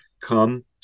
come